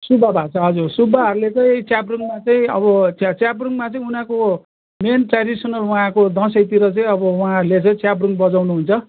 सुब्बा भाषा हजुर सुब्बाहरूले चाहिँ च्याब्रुङमा चाहिँ अब च्या च्याब्रुङमा चाहिँ उनीहरूको मेन ट्रेडिसनल उहाँको दसैँतिर चाहिँ अब उहाँहरूले चाहिँ च्याब्रुङ बजाउनु हुन्छ